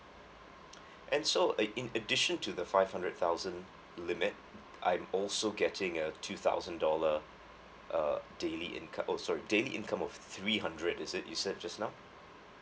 and so eh in addition to the five hundred thousand limit I'm also getting a two thousand dollar uh daily income oh sorry daily income of three hundred is it you said just now